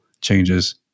changes